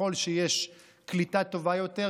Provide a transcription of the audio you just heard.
ככל שיש קליטה טובה יותר,